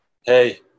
Hey